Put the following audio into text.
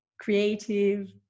creative